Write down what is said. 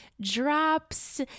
drops